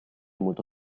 molto